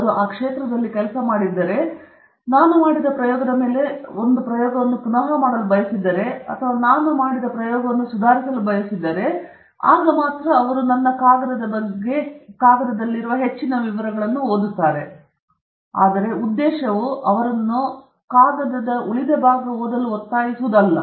ಅವರು ಆ ಪ್ರದೇಶದಲ್ಲಿ ಕೆಲಸ ಮಾಡುತ್ತಿದ್ದರೆ ನಾನು ಮಾಡಿದ್ದ ಪ್ರಯೋಗದ ಮೇಲೆ ಒಂದು ಪ್ರಯೋಗವನ್ನು ಮಾಡಲು ಬಯಸಿದರೆ ಅಥವಾ ನಾನು ಮಾಡಿದ ಪ್ರಯೋಗದಲ್ಲಿ ಸುಧಾರಿಸಲು ಬಯಸಿದರೆ ಅವರು ಅದರ ಬಗ್ಗೆ ಹೆಚ್ಚಿನ ವಿವರಗಳನ್ನು ಕಾಗದದಲ್ಲಿ ಓದಬಹುದು ಆದರೆ ಉದ್ದೇಶವು ಹೇಗಾದರೂ ಅವುಗಳನ್ನು ಕಾಗದದ ಉಳಿದ ಓದಲು ಒತ್ತಾಯಿಸಲು ಅಲ್ಲ